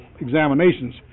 examinations